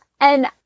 And-